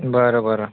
बरं बरं